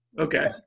okay